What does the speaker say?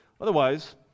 Otherwise